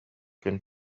күн